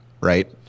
right